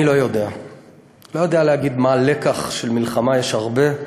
אני לא יודע להגיד מה הלקח של המלחמה, יש הרבה.